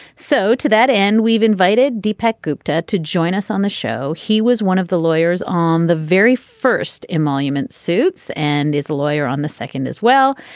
so to that end we've invited deepak gupta to join us on the show. he was one of the lawyers on the very first emoluments suits and is a lawyer on the second as well.